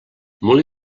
molí